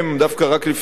רק לפני שבוע,